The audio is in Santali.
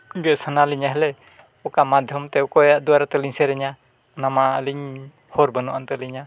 ᱜᱮ ᱥᱟᱱᱟ ᱞᱤᱧᱟ ᱦᱟᱞᱮ ᱚᱠᱟ ᱢᱟᱫᱽᱫᱷᱚᱢ ᱛᱮ ᱚᱠᱚᱭᱟᱜ ᱫᱚᱣᱟᱨᱟ ᱛᱮᱞᱤᱧ ᱥᱮᱨᱮᱧᱟ ᱚᱱᱟ ᱢᱟ ᱟᱹᱞᱤᱧ ᱦᱚᱨ ᱵᱟᱹᱱᱩᱜ ᱟᱱ ᱛᱟᱹᱞᱤᱧᱟ